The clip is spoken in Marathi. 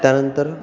त्यानंतर